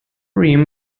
rim